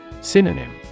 Synonym